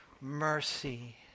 mercy